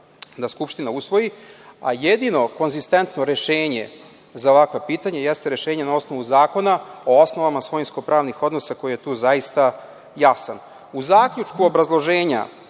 da Skupština usvoji, a jedino konzistentno rešenje za ovakva pitanja jeste rešenje na osnovu zakona o osnovama svojinsko pravnih odnosa koji je tu zaista jasan.U zaključku obrazloženja